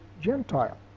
Gentile